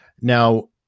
Now